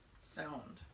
sound